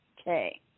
Okay